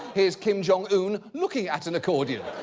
here's kim jong-un looking at an accordion.